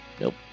Nope